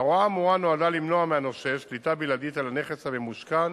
ההוראה האמורה נועדה למנוע מהנושה שליטה בלעדית על הנכס הממושכן